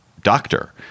doctor